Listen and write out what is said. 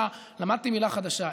למדתי מילה חדשה,